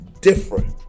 different